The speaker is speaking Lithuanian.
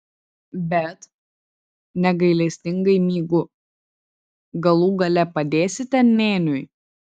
bet negailestingai mygu galų gale padėsite nėniui